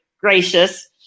gracious